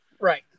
Right